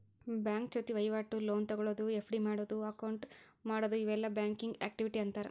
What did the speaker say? bank ಜೊತಿ ವಹಿವಾಟು, loan ತೊಗೊಳೋದು, ಎಫ್.ಡಿ ಮಾಡಿಡೊದು, ಅಕೌಂಟ್ ಮಾಡೊದು ಇವೆಲ್ಲಾ ಬ್ಯಾಂಕಿಂಗ್ ಆಕ್ಟಿವಿಟಿ ಅಂತಾರ